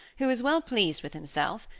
who is well pleased with himself,